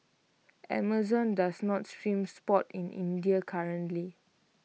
Amazon does not stream sports in India currently